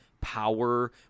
power